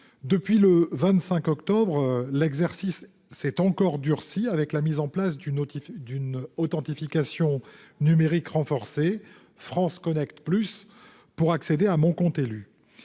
Le 25 octobre dernier, l'exercice s'est encore durci, avec la mise en place d'une authentification numérique renforcée, FranceConnect+, pour accéder à Mon compte élu.